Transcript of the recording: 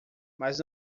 mas